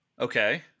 Okay